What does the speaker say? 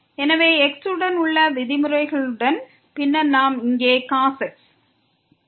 எனவே x உடன் உள்ள விதிமுறைகளுடன் பின்னர் நமக்கு இங்கே cos x உள்ளது